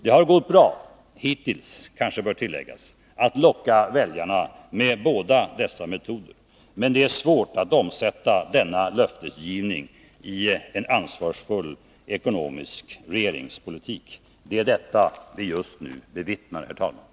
Det har gått bra, hittills kanske bör tilläggas, att locka väljarna med båda dessa metoder. Men det är svårt att omsätta denna löftesgivning i en ansvarsfull ekonomisk regeringspolitik. Det är detta vi just nu bevittnar, fru talman.